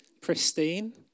pristine